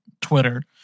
Twitter